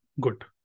good